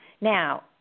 Now